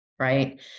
right